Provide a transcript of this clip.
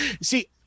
See